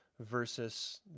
versus